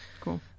cool